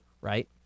right